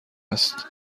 است